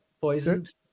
poisoned